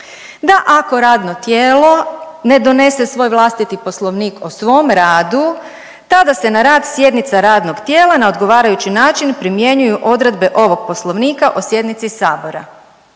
da ako radno tijelo ne donese svoj vlastiti poslovnik o svom radu tada se na rad sjednica radnog tijela na odgovarajući način primjenjuju odredbe ovog poslovnika o sjednici Sabora.